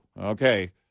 Okay